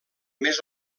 més